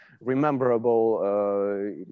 rememberable